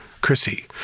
Chrissy